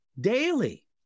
daily